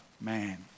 Man